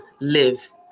live